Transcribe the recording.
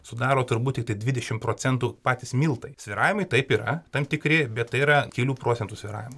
sudaro turbūt tiktai dvidešimt procentų patys miltai svyravimai taip yra tam tikri bet tai yra kelių procentų svyravimai